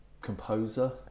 composer